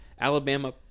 Alabama